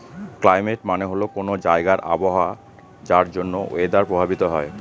climate মানে হল কোনো জায়গার আবহাওয়া যার জন্য ওয়েদার প্রভাবিত হয়